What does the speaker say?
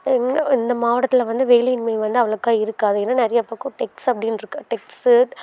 இங்கே இந்த மாவட்டத்தில் வந்து வேலையின்மை வந்து அவ்ளக்கா இருக்காது ஏன்னா நிறையா பக்கம் டெக்ஸ் அப்படின்னு இருக்குது டெக்ஸூ